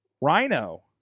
Rhino